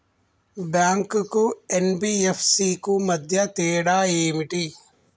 Bank కు NBFC కు మధ్య తేడా ఏమిటి?